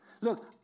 Look